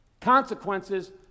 Consequences